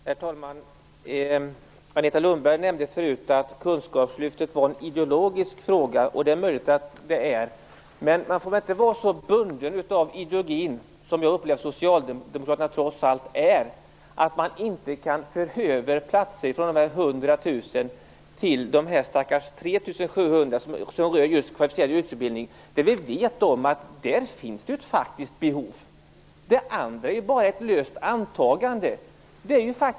Herr talman! Agneta Lundberg nämnde förut att kunskapslyftet var en ideologisk fråga, och det är det möjligt att det är. Men man får väl inte vara så bunden av ideologin - vilket jag upplever att Socialdemokraterna trots allt är - att man inte kan föra över platser från de 100 000 till de stackars 3 700 som rör just kvalificerad yrkesutbildning. Där vet vi ju att det finns ett faktiskt behov. Det andra är ju bara ett löst antagande.